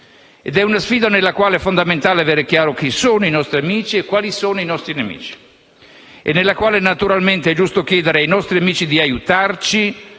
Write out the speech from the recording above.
È una sfida in cui è fondamentale avere chiaro chi sono i nostri amici e quali sono i nostri nemici e in cui - naturalmente - è giusto chiedere ai nostri amici di aiutarci